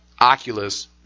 Oculus